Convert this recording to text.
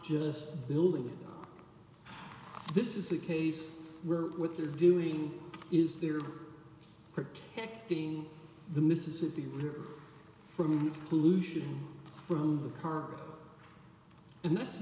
just building this is a case where with they're doing is they're protecting the mississippi river from pollution from the car and that's a